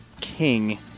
King